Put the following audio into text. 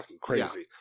crazy